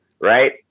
right